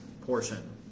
portion